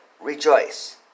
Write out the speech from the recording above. Rejoice